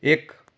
ਇੱਕ